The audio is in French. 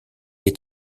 est